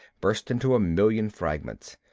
burst into a million fragments.